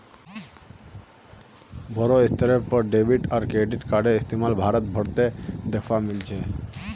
बोरो स्तरेर पर डेबिट आर क्रेडिट कार्डेर इस्तमाल भारत भर त दखवा मिल छेक